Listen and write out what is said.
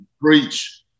Preach